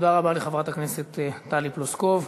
תודה רבה לחברת הכנסת טלי פלוסקוב.